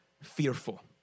fearful